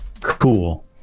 Cool